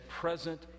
present